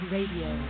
Radio